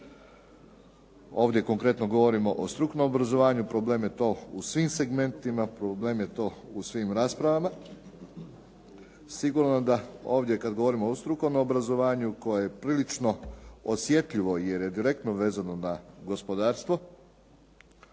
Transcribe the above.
ovdje konkretno govorimo o strukovnom obrazovanju, problem je to u svim segmentima, problem je to u svim raspravama. Sigurno da ovdje kada govorimo o strukovnom obrazovanju koje je prilično osjetljivo, jer je direktno vezano na gospodarstvo,